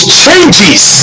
changes